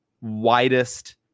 widest –